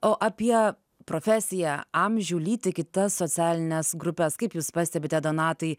o apie profesiją amžių lytį kitas socialines grupes kaip jūs pastebite donatai